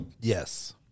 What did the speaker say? Yes